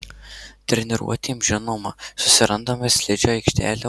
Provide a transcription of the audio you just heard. treniruotėms žinoma susirandame slidžią aikštelę